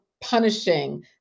punishing